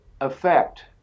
effect